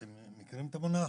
אתם מכירים את המונח?